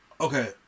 Okay